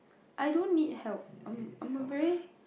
I don't need help I'm I'm a very